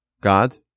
God